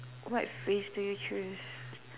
what phrase do you choose